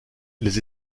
les